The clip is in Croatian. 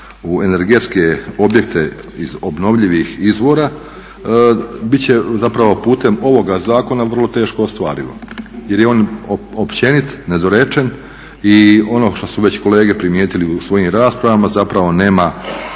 u energetske objekte iz obnovljivih izvora bit će zapravo putem ovoga zakona vrlo teško ostvarivo jer je on općenit, nedorečen i ono što su već kolege primijetili u svojim raspravama zapravo nema